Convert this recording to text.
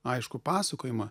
aiškų pasakojimą